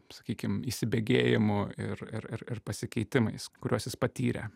sakykim įsibėgėjimu ir ir ir ir pasikeitimais kuriuos jis patyrė